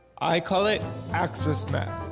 i call it axs map,